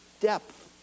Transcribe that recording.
depth